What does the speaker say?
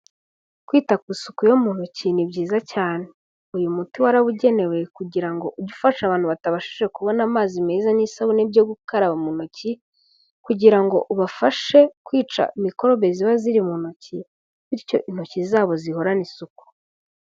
Kwita ku isuku yo mu ntoki ni byiza cyane. Uyu muti warawugenewe kugira ngo ufashe abantu batabashije kubona amazi meza n'isabune byo gukaraba mu ntoki, kugira ngo ubafashe kwica mikorobe ziba ziri mu ntoki bityo intoki zabo zihorane isuku.